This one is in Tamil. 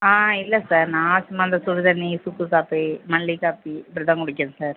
ஆ இல்லை சார் நான் சும்மா இந்த சுடு தண்ணி சுக்கு காப்பி மல்லி காப்பி இப்படி தான் குடிக்கிறேன் சார்